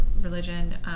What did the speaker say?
religion